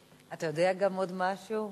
אתה יודע גם עוד משהו?